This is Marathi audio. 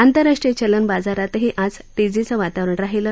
आंतरराष्ट्रीय चलन बाजारातही आज तेजीचं वातावरण राहिलं